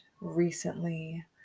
recently